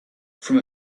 from